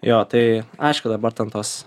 jo tai aišku dabar ten tos